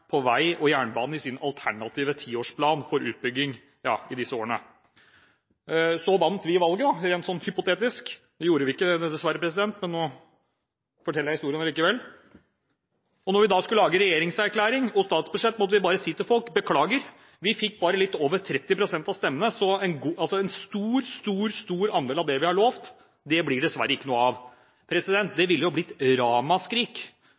på vei og jernbane i sin alternative tiårsplan for utbygging. Så vant vi valget, rent hypotetisk – det gjorde vi dessverre ikke, men nå forteller jeg historien allikevel – og da vi skulle lage regjeringserklæring og statsbudsjett, måtte vi bare si til folk: Beklager, vi fikk bare litt over 30 pst. av stemmene, så en stor, stor andel av det vi har lovt, blir det dessverre ikke noe av. Det ville blitt ramaskrik.